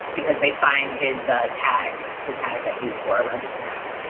because they find his tag, the tag that he wore around his neck.